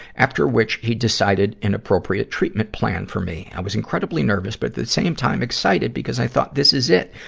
after which he decided an appropriate treatment plan for me. i was incredibly nervous, but at the same time excited because i thought this is it.